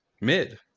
mid